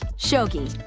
shogi.